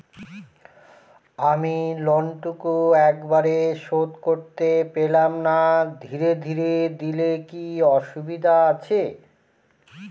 আমি লোনটুকু একবারে শোধ করতে পেলাম না ধীরে ধীরে দিলে কি অসুবিধে আছে?